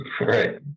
Right